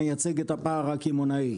הוא מייצג את הפער הקמעונאי.